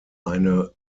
eine